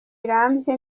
rirambye